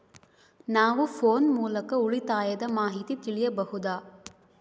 ನಾವು ಫೋನ್ ಮೂಲಕ ಉಳಿತಾಯದ ಮಾಹಿತಿ ತಿಳಿಯಬಹುದಾ?